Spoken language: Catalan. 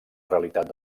realitat